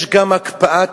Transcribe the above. ויש גם הקפאת ילודה,